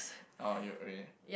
are you re~